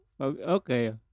Okay